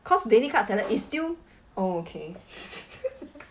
cause daily cut salad is still okay